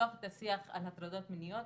לפתוח את השיח על הטרדות מיניות